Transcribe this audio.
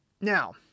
Now